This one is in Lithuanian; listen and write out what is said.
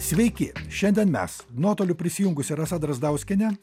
sveiki šiandien mes nuotoliu prisijungusi rasa drazdauskienė